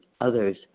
others